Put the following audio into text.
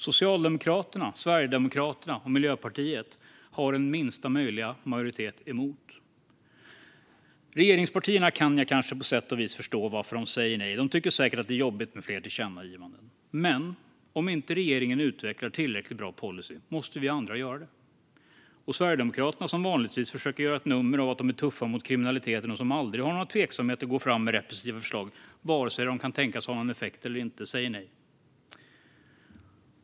Socialdemokraterna, Sverigedemokraterna och Miljöpartiet har minsta möjliga majoritet emot. Jag kan på sätt och vis förstå varför regeringspartierna säger nej. De tycker säkert att det är jobbigt med fler tillkännagivanden. Men om inte regeringen utvecklar tillräckligt bra policy måste ju vi andra göra det. Sverigedemokraterna, som vanligtvis försöker göra ett nummer av att de är tuffa mot kriminaliteten och som aldrig tvekar när det gäller att gå fram med repressiva förslag vare sig de kan tänkas ha någon effekt eller inte, säger nej.